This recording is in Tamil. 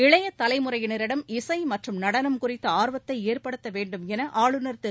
இளைய தலைமுறையினரிடம் இசை மற்றும் நடனம் குறித்த ஆர்வத்தை ஏற்படுத்த வேண்டும் என ஆளுநர் திரு